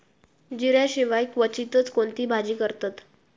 जिऱ्या शिवाय क्वचितच कोणती भाजी करतत